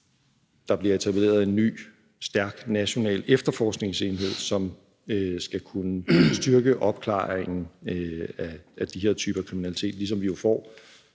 Der bliver etableret en ny, stærk national efterforskningsenhed, som skal kunne styrke opklaringen af de her typer kriminalitet, ligesom vi jo får